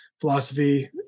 philosophy